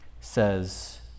says